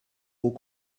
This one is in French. haut